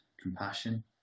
compassion